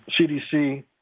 CDC